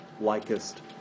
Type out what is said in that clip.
likest